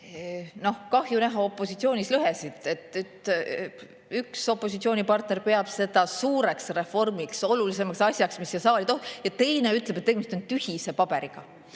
Aitäh! Kahju näha opositsioonis lõhesid. Üks opositsioonipartner peab seda suureks reformiks, olulisimaks asjaks, mis siia saali toodud on, ja teine ütleb, et tegemist on tühise paberiga.